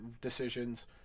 decisions